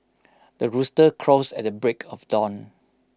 the rooster crows at the break of dawn